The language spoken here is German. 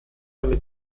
seine